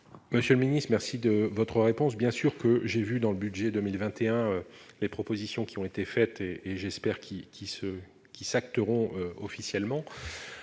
Monsieur le Ministre, merci de votre réponse, bien sûr que j'ai vu dans le budget 2021, les propositions qui ont été faites et et j'espère qui qui se qui s'acteurs ont officiellement,